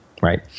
Right